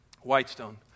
Whitestone